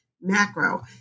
macro